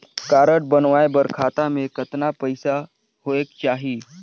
Card बनवाय बर खाता मे कतना पईसा होएक चाही?